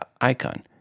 icon